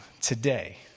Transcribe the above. today